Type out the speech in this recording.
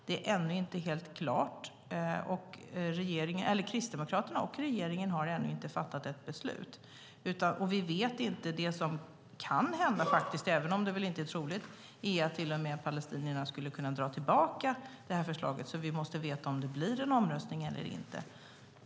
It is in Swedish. De är ännu inte klara, och Kristdemokraterna och regeringen har därför inte fattat något beslut. Det som kan hända, även om det inte är troligt, det är att palestinierna drar tillbaka förslaget. Vi måste därför veta om det blir en omröstning eller inte.